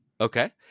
okay